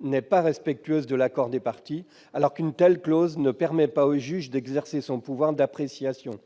n'est pas respectueuse de l'accord des parties, alors qu'une telle clause ne permet pas au juge d'exercer son pouvoir d'appréciation.